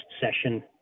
session